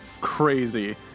crazy